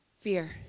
Fear